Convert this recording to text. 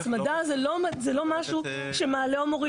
הצמדה זה לא משהו שמעלה או מוריד.